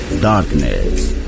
Darkness